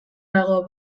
dago